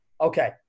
Okay